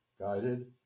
guided